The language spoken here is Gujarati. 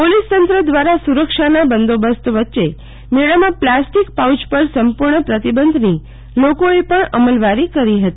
પોલીસ તંત્ર દ્રારા સુરક્ષાના બંદોબસ્ત વચ્ચે મેળામાં પ્લાસ્ટીક પાઉય પર સંપુર્ણ પ્રતિબંધની લોકોએ પણ અમલવારી કરી હતી